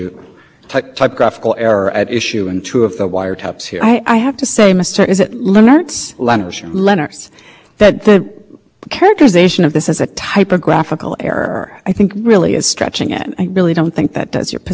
position makes it as credible as as you would like because it's not the error on the part of someone typing something it's a failure of including information they didn't misspell someone's name